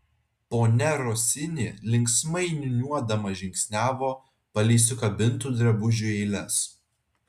ponia rosini linksmai niūniuodama žingsniavo palei sukabintų drabužių eiles